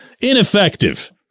Ineffective